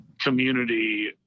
community